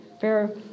fair